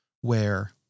where-